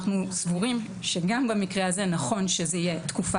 אנחנו סבורים שגם במקרה הזה נכון שזאת תהיה תקופה